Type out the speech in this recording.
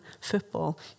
football